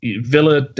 Villa